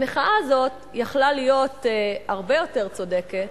המחאה הזאת היתה יכולה להיות הרבה יותר צודקת